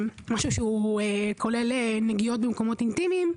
כולל נגיעות במקומות אינטימיים.